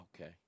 Okay